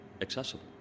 accessible